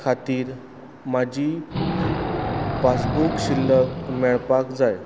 खातीर म्हजी पासबूक शिल्लक मेळपाक जाय